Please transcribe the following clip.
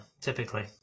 typically